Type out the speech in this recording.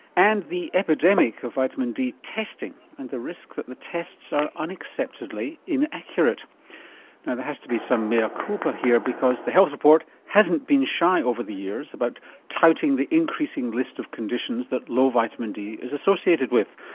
and the epidemic of vitamin d testing and the risk that the tests are unacceptably inaccurate. now there has to be some mea ah culpa here because the health report hasn't been shy over the years about touting the increasing list of conditions that low vitamin d is associated with,